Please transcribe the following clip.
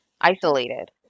isolated